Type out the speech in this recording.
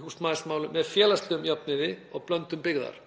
í húsnæðismálum með félagslegum jöfnuði og blöndun byggðar,